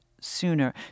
sooner